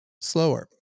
slower